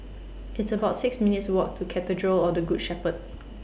It's about six minutes' Walk to Cathedral of The Good Shepherd